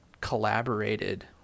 collaborated